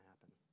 happen